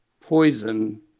poison